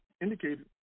indicated